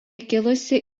kilusi